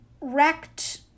wrecked